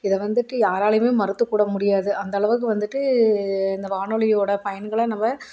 இதை வந்துவிட்டு யாராலையுமே மறுத்து கூட முடியாது அந்த அளவுக்கு வந்துவிட்டு இந்த வானொலியோட பயன்களை நம்ப